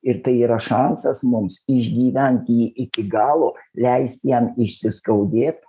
ir tai yra šansas mums išgyvent jį iki galo leisti jam išsiskaudėt